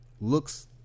looks